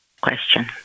question